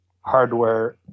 hardware